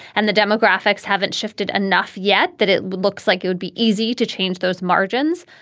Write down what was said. and the demographics haven't shifted enough yet that it looks like it would be easy to change those margins.